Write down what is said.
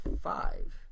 five